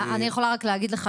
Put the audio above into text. אני יכולה רק להגיד לך,